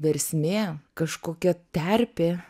versmė kažkokia terpė